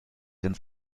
ins